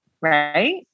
right